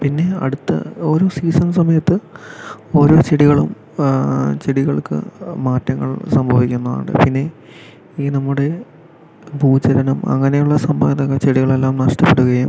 പിന്നെ അടുത്ത ഓരോ സീസൺ സമയത്ത് ഓരോ ചെടികളും ചെടികൾക്ക് മാറ്റങ്ങൾ സംഭവിക്കുന്നുണ്ട് പിന്നെ ഈ നമ്മുടെ ഭൂചലനം അങ്ങനെയുള്ള സംഭവങ്ങൾ ചെടികൾ എല്ലാം നഷ്ടപ്പെടുകയും